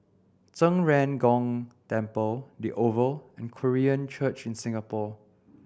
Zhen Ren Gong Temple The Oval and Korean Church in Singapore